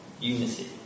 Unity